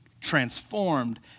transformed